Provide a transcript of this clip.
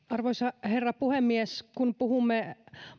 arvoisa herra puhemies kun puhumme